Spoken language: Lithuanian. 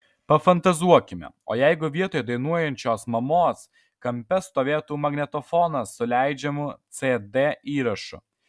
pafantazuokime o jeigu vietoj dainuojančios mamos kampe stovėtų magnetofonas su leidžiamu cd įrašu